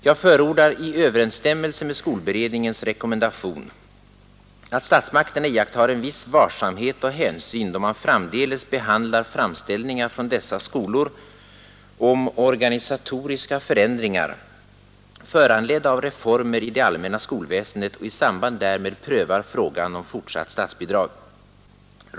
——— Jag förordar — i överensstämmelse med skolberedningens rekommendation — att statsmakterna iakttar en viss varsamhet och hänsyn, då man framdeles behandlar framställningar från dessa skolor om organisatoriska förändringar föranledda av reformer i det allmänna skolväsendet och i samband därmed prövar frågan om fortsatt statsbidrag.